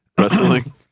Wrestling